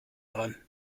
dran